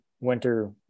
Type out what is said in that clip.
winter